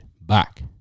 back